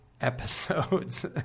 episodes